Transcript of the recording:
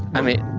i mean,